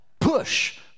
Push